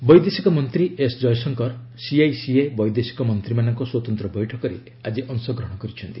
CICA meeting ବୈଦେଶିକ ମନ୍ତ୍ରୀ S Jaishankar CICA ବୈଦେଶିକ ମନ୍ତ୍ରୀମାନଙ୍କ ସ୍ୱତନ୍ତ ବୈଠକରେ ଆଜି ଅଂଶଗ୍ରହଣ କରିଛନ୍ତି